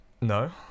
No